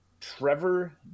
Trevor